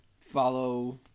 Follow